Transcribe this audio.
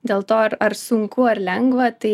dėl to ar ar sunku ar lengva tai